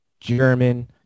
German